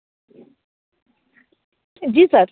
जी sir